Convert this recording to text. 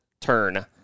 turn